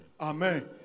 Amen